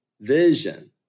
vision